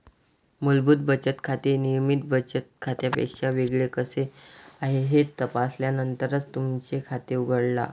मूलभूत बचत खाते नियमित बचत खात्यापेक्षा वेगळे कसे आहे हे तपासल्यानंतरच तुमचे खाते उघडा